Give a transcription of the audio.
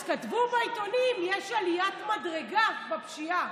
אז כתבו בעיתונים: יש עליית מדרגה בפשיעה.